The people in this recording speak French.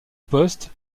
poste